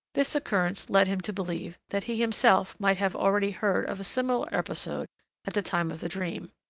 this occurrence led him to believe that he himself might have already heard of a similar episode at the time of the dream.